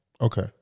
Okay